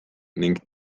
ning